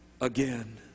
again